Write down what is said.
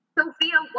Sophia